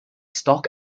stock